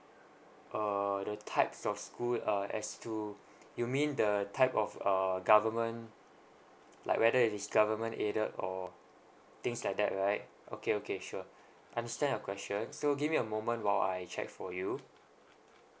err the types of school uh as to you mean the type of err government like whether it is government aided or things like that right okay okay sure understand your question so give me a moment while I check for you